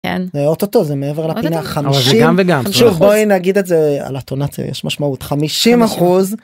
ועוד אותו זה מעבר לחמשים וגם נגיד את זה על התונת יש משמעות 50 אחוז.